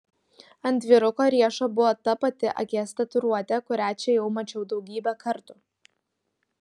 ant vyruko riešo buvo ta pati akies tatuiruotė kurią čia jau mačiau daugybę kartų